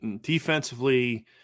Defensively